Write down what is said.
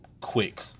quick